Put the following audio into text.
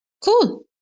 cool